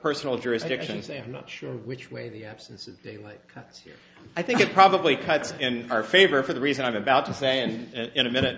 personal jurisdictions and i'm not sure which way the absence of daylight because i think it probably cuts in our favor for the reason i'm about to say and in a minute